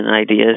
ideas